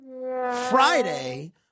Friday